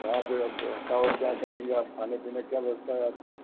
वहाँ पर आप व्यवस्था और क्या करेंगे आप खाने पीने की क्या व्यवस्था है आपकी